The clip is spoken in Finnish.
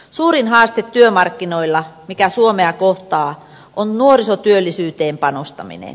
suurin haaste työmarkkinoilla mikä suomea kohtaa on nuorisotyöllisyyteen panostaminen